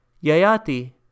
Yayati